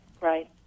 Right